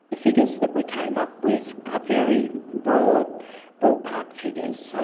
the figures that we came up with are very broad ball-park figures,